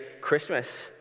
Christmas